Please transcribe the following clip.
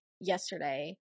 yesterday